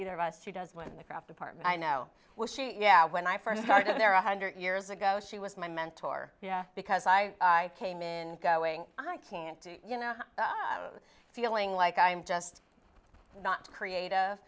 either of us who does what in the crap department i know was she yeah when i first started there a hundred years ago she was my mentor yeah because i came in going i can't do you know feeling like i'm just not creative